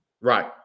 right